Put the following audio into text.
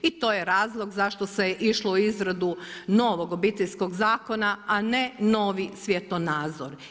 I to je razlog zašto se je išlo u izradu novog Obiteljskog zakona, a ne novi svjetonazor.